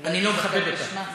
אני לא מכבד אותה.